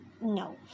No